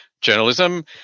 journalism